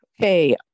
Okay